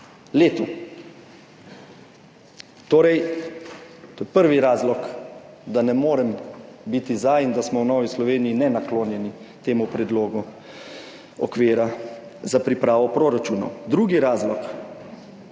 letu. Torej, to je prvi razlog, da ne morem biti za in da smo v Novi Sloveniji ne naklonjeni temu predlogu okvira za pripravo proračunov. Drugi razlog